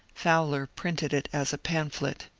fowler printed it as a pamphlet.